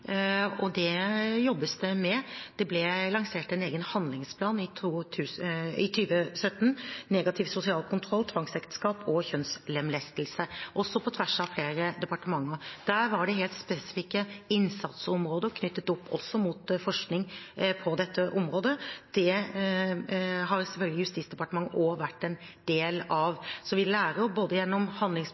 og det jobbes det med. Det ble lansert en egen handlingsplan i 2017 mot negativ sosial kontroll, tvangsekteskap og kjønnslemlestelse – også på tvers av flere departementer. Der var det helt spesifikke innsatsområder, også knyttet opp mot forskning på dette området, og det har selvfølgelig Justisdepartementet også vært en del av. Så vi lærer jo både gjennom